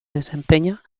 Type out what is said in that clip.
desempeña